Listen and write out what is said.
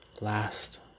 last